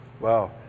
Wow